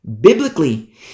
biblically